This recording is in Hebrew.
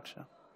בבקשה,